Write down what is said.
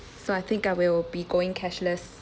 so I think I will be going cashless